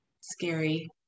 scary